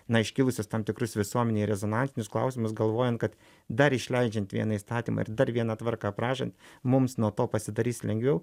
na iškilusius tam tikrus visuomenėj rezonansinius klausimus galvojant kad dar išleidžiant vieną įstatymą ir dar vieną tvarką aprašant mums nuo to pasidarys lengviau